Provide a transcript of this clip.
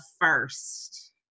first